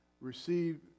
receive